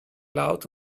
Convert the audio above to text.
laut